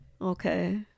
Okay